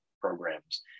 programs